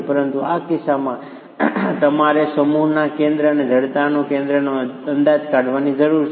પરંતુ આ કિસ્સામાં તમારે સમૂહના કેન્દ્ર અને જડતાના કેન્દ્રનો અંદાજ કાઢવાની જરૂર છે